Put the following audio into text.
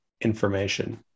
information